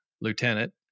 lieutenant